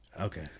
Okay